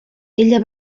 ella